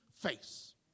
face